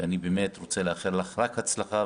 ואני באמת רוצה לאחל לך רק הצלחה,